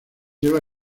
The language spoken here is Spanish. lleva